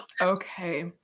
okay